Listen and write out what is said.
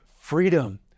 freedom